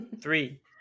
three